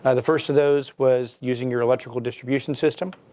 the first of those was using your electrical distribution system.